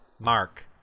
Mark